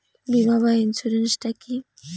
বিমা বা ইন্সুরেন্স টা কি?